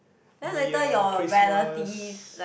New Year Christmas